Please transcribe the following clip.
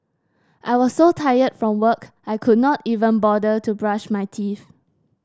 I was so tired from work I could not even bother to brush my teeth